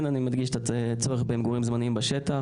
כן אני מדגיש את הצורך למגורים זמניים בשטח,